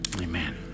amen